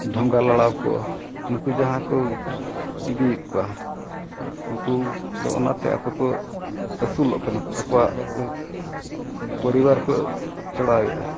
ᱰᱷᱚᱸᱜᱟ ᱞᱟᱲᱟᱣ ᱠᱚ ᱱᱩᱠᱩ ᱡᱟᱦᱟᱸᱭ ᱠᱚ ᱤᱫᱤᱭᱮᱫ ᱠᱚᱣᱟ ᱱᱩᱠᱩ ᱫᱚ ᱚᱱᱟᱛᱮ ᱟᱠᱚ ᱠᱚ ᱟᱹᱥᱩᱞᱚᱜ ᱠᱟᱱᱟ ᱟᱠᱚᱣᱟᱜ ᱯᱚᱨᱤᱵᱟᱨ ᱠᱚ ᱪᱟᱲᱟᱣᱮᱫᱼᱟ